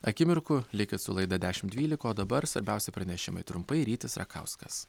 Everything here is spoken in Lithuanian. akimirkų likit su laida dešim dvylika o dabar svarbiausi pranešimai trumpai rytis rakauskas